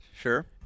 Sure